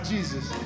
Jesus